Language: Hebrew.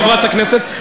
חברת הכנסת,